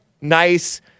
nice